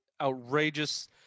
outrageous –